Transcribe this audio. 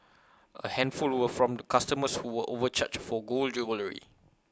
A handful were from customers who were overcharged for gold jewellery